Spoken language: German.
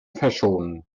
verschonen